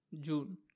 June